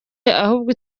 ahubwo